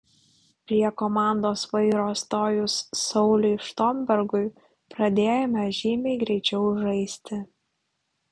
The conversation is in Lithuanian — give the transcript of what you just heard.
prie komandos vairo stojus sauliui štombergui pradėjome žymiai greičiau žaisti